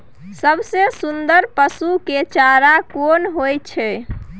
सबसे सुन्दर पसु के चारा कोन होय छै?